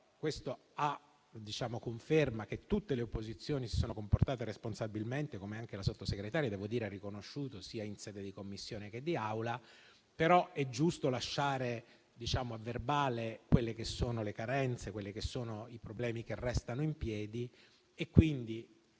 del fatto che tutte le opposizioni si sono comportate responsabilmente, come anche il Sottosegretario ha riconosciuto, sia in sede di Commissione che di Aula, è però giusto lasciare agli atti quelle che sono le carenze e i problemi che restano in piedi. Quindi,